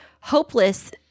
hopeless